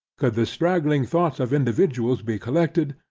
could the straggling thoughts of individuals be collected,